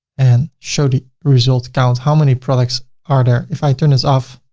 and show the result count, how many products are there. if i turn this off,